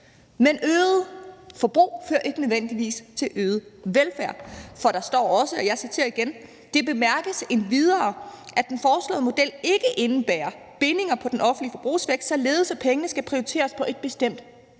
Men øget forbrug fører ikke nødvendigvis til øget velfærd. For der står også – og jeg citerer igen: »Det bemærkes endvidere, at den foreslåede model ikke indebærer bindinger på den offentlige forbrugsvækst, således at pengene skal prioriteres til bestemte